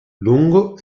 lungo